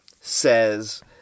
says